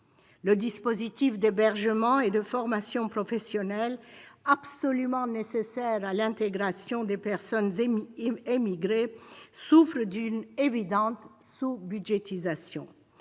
Le dispositif d'hébergement et de formation professionnelle, absolument nécessaire à l'intégration des personnes émigrées, souffre d'une évidente sous-budgétisation.